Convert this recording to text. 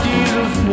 Jesus